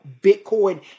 Bitcoin